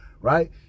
right